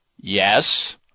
Yes